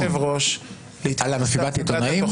על מסיבת העיתונאים?